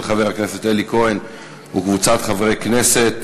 של חבר הכנסת אלי כהן וקבוצת חברי הכנסת.